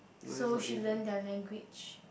so she learn their language